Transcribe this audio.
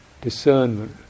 discernment